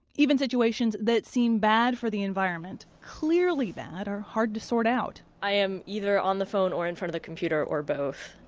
even situations that seem bad for the environment, clearly bad, are hard to sort out i am either on the phone or in front of the computer or both,